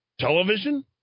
Television